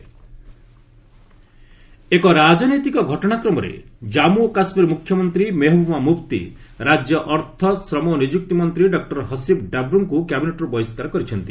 ମୁଫ୍ତି ଡ୍ରାବୁ ଏକ ରାଜନୈତିକ ଘଟଣାକ୍ରମରେ ଜନ୍ମୁ ଓ କାଶ୍ମୀର ମୁଖ୍ୟମନ୍ତ୍ରୀ ମେହେବୁବା ମୁଫ୍ତି ରାଜ୍ୟ ଅର୍ଥ ଶ୍ରମ ଓ ନିଯୁକ୍ତି ମନ୍ତ୍ରୀ ଡକ୍ଟର ହସିବ୍ ଡ୍ରାବୁଙ୍କୁ କ୍ୟାବିନେଟ୍ରୁ ବହିଷ୍କାର କରିଛନ୍ତି